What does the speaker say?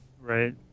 right